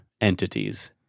entities